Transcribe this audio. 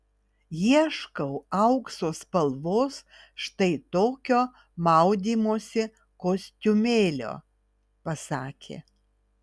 ieškau aukso spalvos štai tokio maudymosi kostiumėlio pasakė